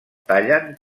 tallen